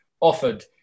offered